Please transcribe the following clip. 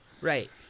Right